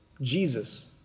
Jesus